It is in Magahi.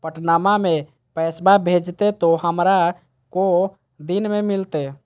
पटनमा से पैसबा भेजते तो हमारा को दिन मे मिलते?